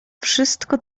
wszystko